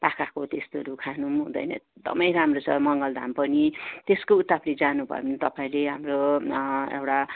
पाखाको त्यस्तोहरू खानु हुँदैन एकदमै राम्रो छ मङ्गल धाम पनि त्यसको उता फेरि जानु भयो भने तपाईँले हाम्रो एउटा